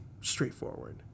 straightforward